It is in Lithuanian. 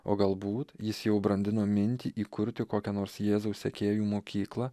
o galbūt jis jau brandino mintį įkurti kokią nors jėzaus sekėjų mokyklą